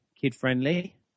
kid-friendly